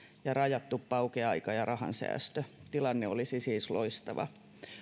ja rajattu paukeaika ja rahan säästö tilanne olisi siis loistava